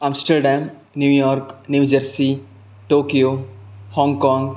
Amsterdam New York New Jersey Tokyo Hong Kong